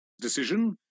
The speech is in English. Decision